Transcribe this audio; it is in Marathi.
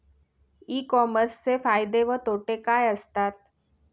ई कॉमर्सचे फायदे व तोटे काय असतात?